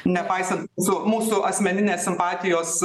nepaisant visų mūsų asmeninės simpatijos